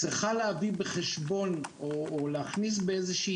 אבל מערכת המשפט צריכה להביא בחשבון או להכניס באיזושהי